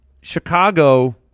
Chicago